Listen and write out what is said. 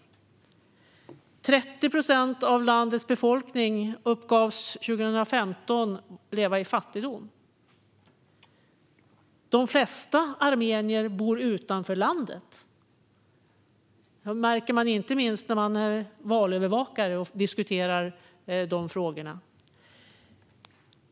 År 2015 uppgavs 30 procent av landets befolkning leva i fattigdom. De flesta armenier bor utanför landet. Det märker man inte minst när man är valövervakare och diskuterar dessa frågor.